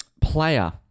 Player